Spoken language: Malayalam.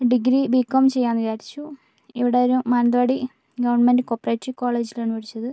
ഡിഗ്രി ബികോം ചെയ്യാന്ന് വിചാരിച്ചു ഇവിടൊരു മാനന്തവാടി കോപ്പറേറ്റീവ് കോളേജിലാണ് പഠിച്ചത്